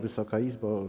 Wysoka Izbo!